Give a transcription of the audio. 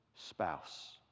spouse